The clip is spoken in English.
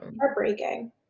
heartbreaking